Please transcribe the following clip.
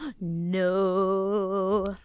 no